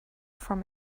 from